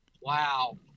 wow